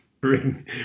bring